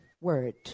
word